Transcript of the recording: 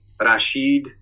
Rashid